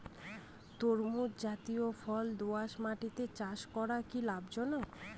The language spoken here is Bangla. তরমুজ জাতিয় ফল দোঁয়াশ মাটিতে চাষ করা কি লাভজনক?